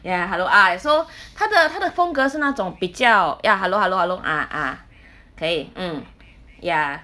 ya hello ah so 她的她的风格是那种比较 ya hello hello hello ah ah 可以 mm ya